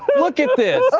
look at this.